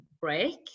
break